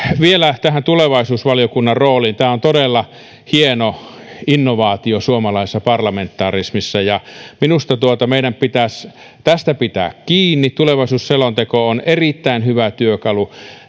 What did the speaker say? vielä tähän tulevaisuusvaliokunnan rooliin tämä on todella hieno innovaatio suomalaisessa parlamentarismissa ja minusta meidän pitäisi tästä pitää kiinni ja tulevaisuusselonteko on erittäin hyvä työkalu